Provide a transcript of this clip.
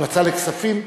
המלצה: לכספים.